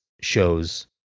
shows